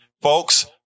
Folks